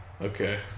Okay